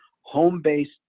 home-based